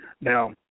Now